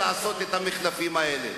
שמחזיקים עד השעה הזאת.